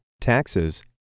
taxes